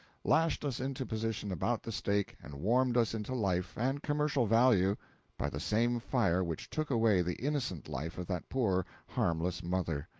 lashed us into position about the stake and warmed us into life and commercial value by the same fire which took away the innocent life of that poor harmless mother.